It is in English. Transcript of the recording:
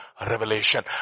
revelation